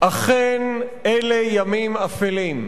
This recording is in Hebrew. אכן אלה ימים אפלים.